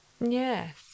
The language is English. Yes